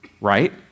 right